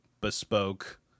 bespoke